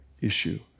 issue